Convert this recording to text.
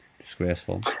disgraceful